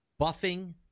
buffing